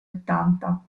ottanta